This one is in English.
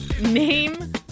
Name